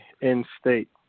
in-state